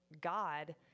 God